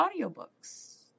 audiobooks